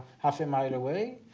half a mile away.